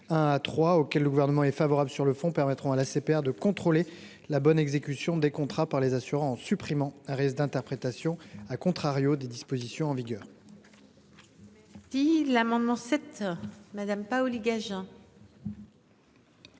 1 à trois auquel le gouvernement est favorable sur le fond permettront à la CPA de contrôler la bonne exécution des contrats par les assurances supprimons risque d'interprétation. À contrario des dispositions en vigueur.